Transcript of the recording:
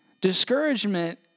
Discouragement